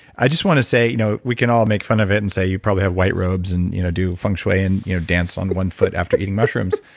i just want to say. you know we can all make fun of it and say, you probably have white robes and you know do feng shui and you know dance on one foot after eating mushrooms,